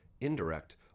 indirect